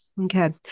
Okay